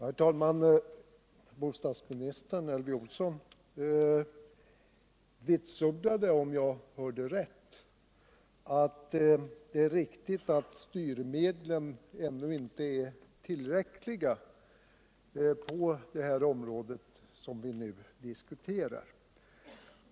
Herr talman! Bostadsministern Elvy Olsson vitsordade - om jag hörde rätt att det är riktigt att styrmedlen ännu inte är tillräckliga på det område som vi nu diskuterar.